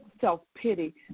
self-pity